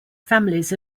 families